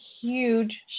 huge